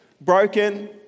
broken